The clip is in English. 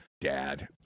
dad